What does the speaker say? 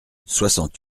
soixante